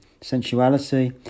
sensuality